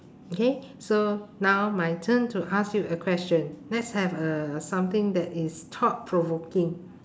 okay so now my turn to ask you a question let's have uh something that is thought provoking